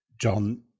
John